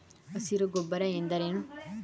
ಹಸಿರು ಗೊಬ್ಬರ ಎಂದರೇನು?